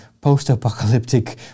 post-apocalyptic